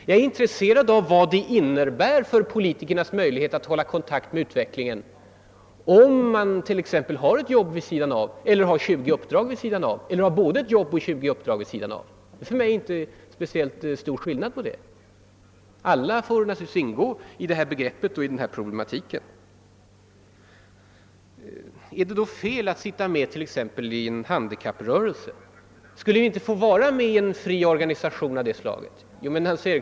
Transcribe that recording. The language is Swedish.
Jag är intresserad av vad det innebär för en politikers möjligheter att hålla kontakt med utvecklingen och omgivningen om han har ett arbete vid sidan om eller har 20 uppdrag vid sidan om eller har både ett arbete och 20 uppdrag vid sidan om. Här tycker jag inte att det finns någon speciell skillnad — allt får ingå i det problemkomplex som borde utredas. Skulle vi då inte få sitta med i styrelsen för en fri organisation, t.ex. en handikapporganisation? frågar Nancy Eriksson.